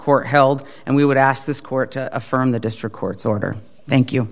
court held and we would ask this court to affirm the district court's order thank you